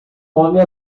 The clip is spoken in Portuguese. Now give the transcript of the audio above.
homem